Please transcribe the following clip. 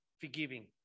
forgiving